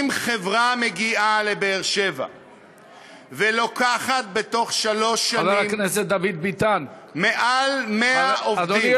אם חברה מגיעה לבאר-שבע ולוקחת בתוך שלוש שנים מעל 100 עובדים,